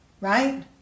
right